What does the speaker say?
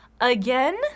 Again